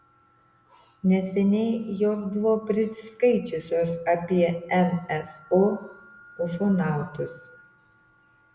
neseniai jos buvo prisiskaičiusios apie nso ufonautus